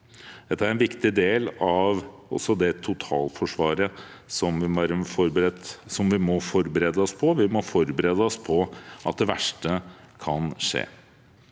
Dette er en viktig del av det totalforsvaret som vi må forberede oss på. Vi må forberede oss på at det verste kan skje.